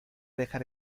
dejar